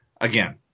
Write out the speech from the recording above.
again